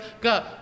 go